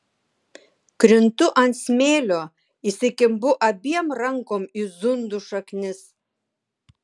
krintu ant smėlio įsikimbu abiem rankom į zundų šaknis